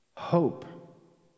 Hope